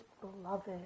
beloved